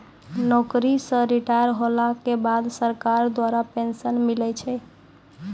नौकरी से रिटायर होला के बाद सरकार द्वारा पेंशन मिलै छै